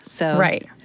Right